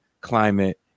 Climate